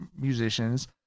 musicians